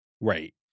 right